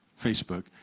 Facebook